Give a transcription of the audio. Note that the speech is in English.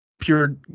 pure